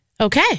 Okay